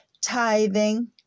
tithing